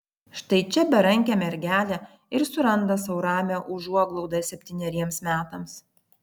štai čia berankė mergelė ir suranda sau ramią užuoglaudą septyneriems metams